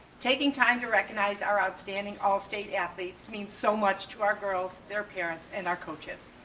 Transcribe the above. taking time to recognize our outstanding all state athletes means so much to our girls, their parents and our coaches.